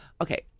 Okay